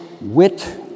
wit